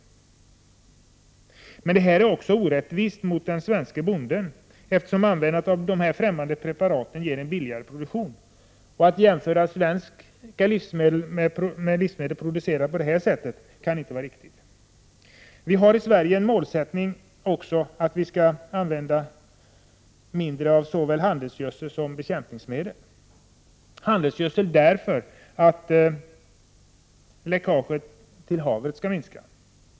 Det är också orättvist mot den svenska bonden, eftersom användandet av de främmande preparaten ger en billigare produktion. Att jämföra svenska livsmedel med livsmedel producerade med hjälp av mediciner och hormoner kan inte vara riktigt. Vi har i Sverige ett mål att minska användningen av såväl handelsgödsel som bekämpningsmedel. När det gäller handelsgödsel är det för att läckaget till havet skall minska.